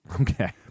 Okay